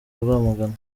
rwamagana